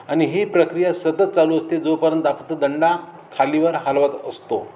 आणि ही प्रक्रिया सतत चालू असते जोपर्यंत आपण तो दंडा खालीवर हलवत असतो